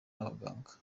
n’abaganga